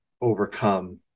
overcome